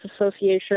Association